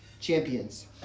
champions